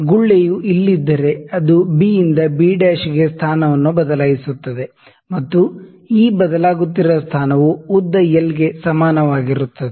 ಗುಳ್ಳೆಯು ಇಲ್ಲಿದ್ದರೆ ಅದು ಬಿ ಯಿಂದ ಬಿ' ಗೆ ಸ್ಥಾನವನ್ನು ಬದಲಾಯಿಸುತ್ತದೆ ಮತ್ತು ಈ ಬದಲಾಗುತ್ತಿರುವ ಸ್ಥಾನವು ಉದ್ದ ಎಲ್ ಗೆ ಸಮಾನವಾಗಿರುತ್ತದೆ